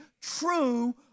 true